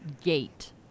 gate